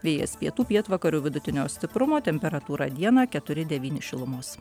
vėjas pietų pietvakarių vidutinio stiprumo temperatūra dieną keturi devyni šilumos